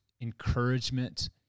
encouragement